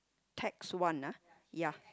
tax one ah ya